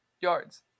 yards